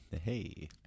Hey